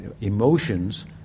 emotions